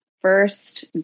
first